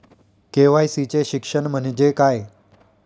KYC चे शिक्षण म्हणजे काय?